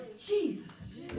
Jesus